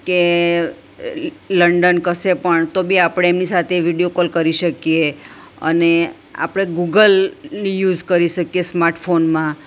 કે લ લંડન કશે પણ તો બી આપણે એમની સાથે વિડીયો કોલ કરી શકીએ અને આપણે ગૂગલ યુઝ કરી શકીએ સ્માર્ટફોનમાં